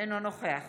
אינו נוכח